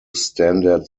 standard